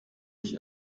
ich